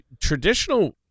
traditional